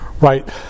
right